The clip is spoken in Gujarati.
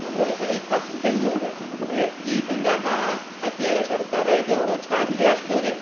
ધંધો છે એ ઠપ થઈ ગયો છે એટલે એ ધંધામાં અત્યારે સરકારે જો ઓછા વ્યાજદરે